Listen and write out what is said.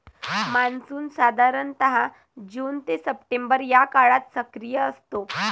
monsoon साधारणतः June ते September या काळात सक्रिय असतो